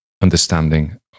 understanding